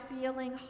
feeling